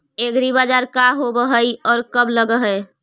एग्रीबाजार का होब हइ और कब लग है?